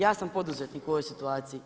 Ja sam poduzetnik u ovoj situaciji.